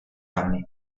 anni